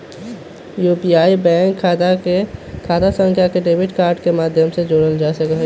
UPI में bank खता के खता संख्या चाहे डेबिट कार्ड के माध्यम से जोड़ल जा सकइ छै